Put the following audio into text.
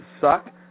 suck